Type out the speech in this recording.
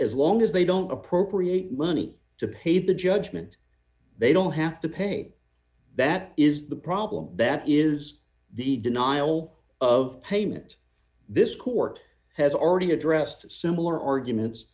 as long as they don't appropriate money to pay the judgment they don't have to pay that is the problem that is the denial of payment this court has already addressed similar argument